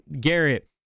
Garrett